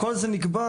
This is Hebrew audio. כל זה נקבע,